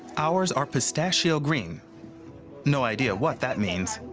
ours are pistachio green no idea what that means.